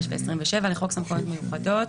25 ו- 27 לחוק סמכויות מיוחדות